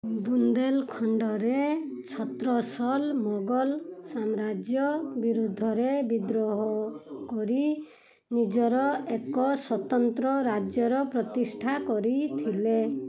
ବୁନ୍ଦେଲଖଣ୍ଡରେ ଛତ୍ରସଲ୍ ମୋଗଲ ସାମ୍ରାଜ୍ୟ ବିରୁଦ୍ଧରେ ବିଦ୍ରୋହ କରି ନିଜର ଏକ ସ୍ୱତନ୍ତ୍ର ରାଜ୍ୟର ପ୍ରତିଷ୍ଠା କରିଥିଲେ